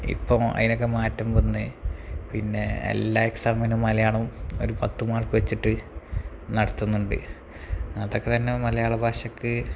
ഇപ്പോള് അതിനൊക്കെ മാറ്റം വന്നു പിന്നെ എല്ലാ എക്സാമിനും മലയാളം ഒരു പത്ത് മാർക്ക് വച്ചിട്ട് നടത്തുന്നുണ്ട് അതൊക്കെ തന്നെ മലയാള ഭാഷയ്ക്ക്